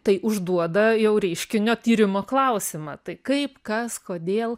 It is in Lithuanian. tai užduoda jau reiškinio tyrimo klausimą tai kaip kas kodėl